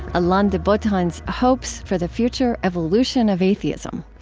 alain de botton's hopes for the future evolution of atheism.